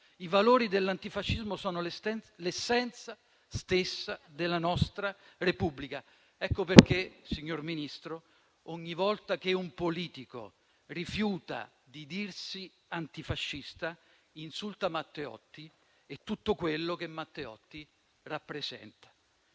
I valori dell'antifascismo sono l'essenza stessa della nostra Repubblica. Per questo, signor Ministro, ogni volta che un politico rifiuta di dirsi antifascista insulta Matteotti e tutto quello che Matteotti rappresenta.